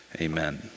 amen